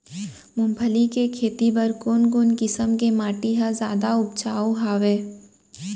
मूंगफली के खेती बर कोन कोन किसम के माटी ह जादा उपजाऊ हवये?